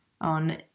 on